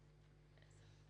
(תיקון), התשע"ח-2018.